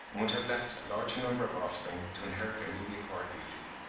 and would have left a larger number of offspring to inherit their newly-acquired beauty.